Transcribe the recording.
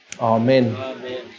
Amen